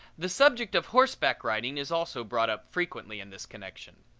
the subject of horseback riding is also brought up frequently in this connection.